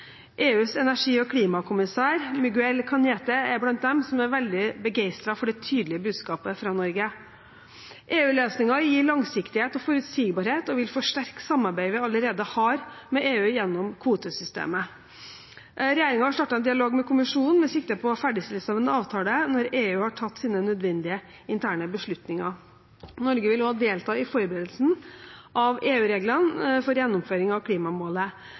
EUs energi- og klimakommissær, Miguel Cañete, er blant dem som er veldig begeistret for det tydelige budskapet fra Norge. EU-løsningen gir langsiktighet og forutsigbarhet og vil forsterke samarbeidet vi allerede har med EU gjennom kvotesystemet. Regjeringen har startet en dialog med kommisjonen med sikte på ferdigstillelse av en avtale når EU har tatt sine nødvendige interne beslutninger. Norge vil også delta i forberedelsen av EU-reglene for gjennomføring av klimamålet.